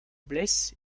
blesse